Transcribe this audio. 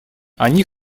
они